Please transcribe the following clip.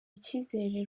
icyizere